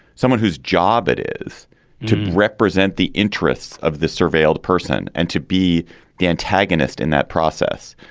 someone whose job it is to represent the interests of the surveilled person and to be the antagonist in that process?